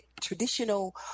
traditional